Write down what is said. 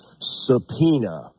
subpoena